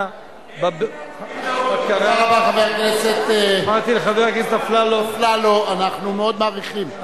תודה רבה לחבר הכנסת אפללו, אנחנו מאוד מעריכים.